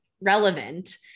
relevant